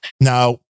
Now